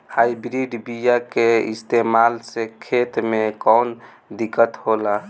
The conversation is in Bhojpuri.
हाइब्रिड बीया के इस्तेमाल से खेत में कौन दिकत होलाऽ?